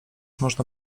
można